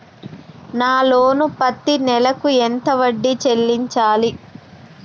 నా లోను పత్తి నెల కు ఎంత వడ్డీ చెల్లించాలి?